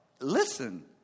Listen